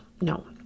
no